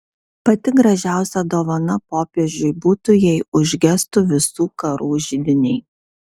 pati gražiausia dovana popiežiui būtų jei užgestų visų karų židiniai